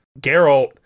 Geralt